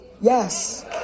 Yes